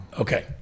Okay